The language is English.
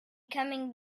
coming